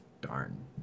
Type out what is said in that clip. Darn